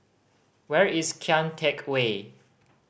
where is Kian Teck Way